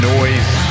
Noise